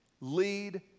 lead